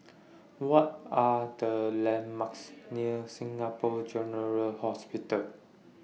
What Are The landmarks near Singapore General Hospital